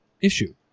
issue